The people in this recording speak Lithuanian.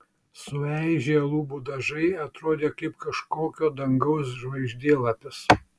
sueižėję lubų dažai atrodė kaip kažkokio dangaus žvaigždėlapis